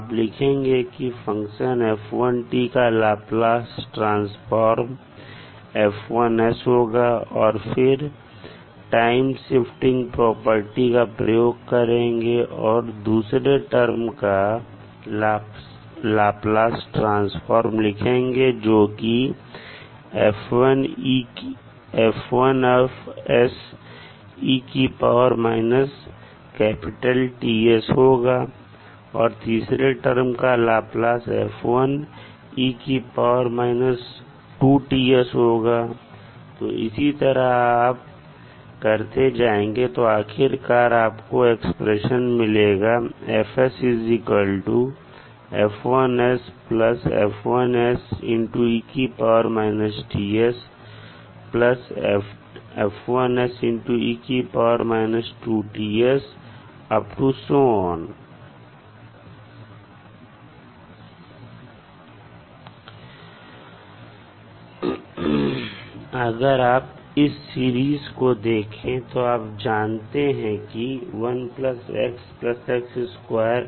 आप लिखेंगे की फंक्शन f1 का लाप्लास ट्रांसफॉर्म F1 होगा फिर आप टाइम शिफ्टिंग प्रॉपर्टी का प्रयोग करेंगे और दूसरे टर्म का लाप्लास ट्रांसफॉर्म लिखेंगे जोकि होगा और तीसरे टर्म का लाप्लास ट्रांसफॉर्म होगा और इसी तरह करते जाएंगे तो आखिरकार आपको एक्सप्रेशन मिलेगा अगर आप इस सीरीज को देखें तो आप जानते हैं कि अगर